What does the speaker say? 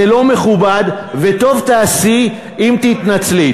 זה לא מכובד, וטוב תעשי אם תתנצלי.